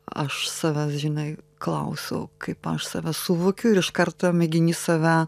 aš savęs žinai klausiau kaip aš save suvokiu ir iš karto mėgini save